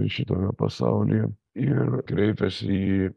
šitame pasaulyje ir kreipiasi į